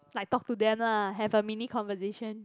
like talk to them lah have a mini conversation